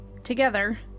Together